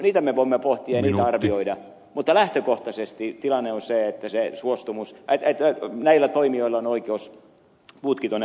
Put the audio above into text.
niitä me voimme pohtia ja niitä arvioida mutta lähtökohtaisesti tilanne on se että näillä toimijoilla on oikeus putki tuonne alas laskea